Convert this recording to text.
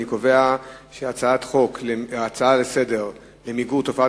אני קובע שההצעה לסדר-היום בדבר מיגור תופעת